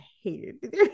hated